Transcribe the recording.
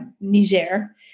Niger